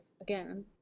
again